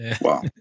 wow